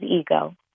ego